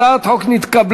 הצעת החוק נתקבלה,